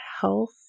health